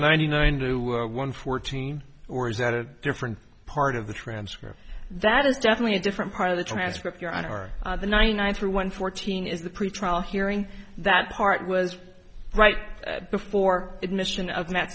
ninety nine to one fourteen or is that a different part of the transcript that is definitely a different part of the transcript you're on are the ninety nine for one fourteen is the pretrial hearing that part was right before admission